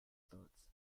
thoughts